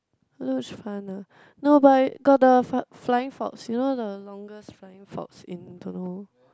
luge fun ah no but I got the fly flying fox you know the longest flying fox in don't know